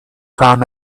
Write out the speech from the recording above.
found